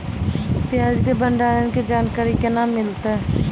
प्याज के भंडारण के जानकारी केना मिलतै?